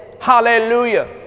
Hallelujah